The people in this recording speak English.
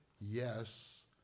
Yes